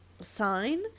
sign